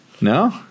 no